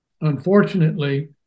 unfortunately